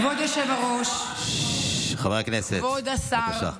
כבוד היושב-ראש, כבוד השר,